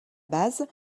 base